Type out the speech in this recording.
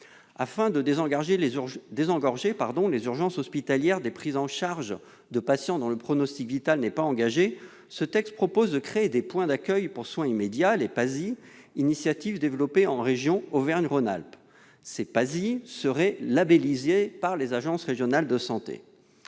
Afin de désengorger les urgences hospitalières des prises en charge de patients dont le pronostic vital n'est pas engagé, ce texte crée des points d'accueil pour soins immédiats (PASI), initiative développée en région Auvergne-Rhône-Alpes. Ces PASI seraient labellisés par les agences régionales de santé.